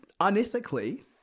unethically